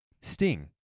Sting